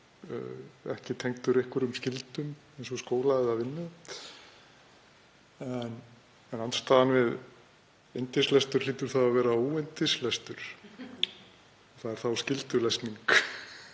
ekki tengdur einhverjum skyldum eins og skóla eða vinnu. Andstaðan við yndislestur hlýtur þá að vera óyndislestur, það er þá skyldulesning.